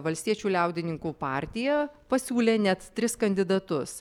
valstiečių liaudininkų partija pasiūlė net tris kandidatus